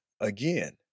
again